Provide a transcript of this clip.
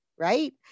Right